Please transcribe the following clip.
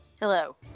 Hello